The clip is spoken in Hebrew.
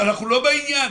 אנחנו לא בעניין.